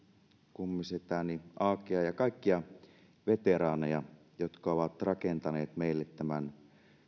kummisetääni aakea ja kaikkia veteraaneja jotka ovat rakentaneet meille tämän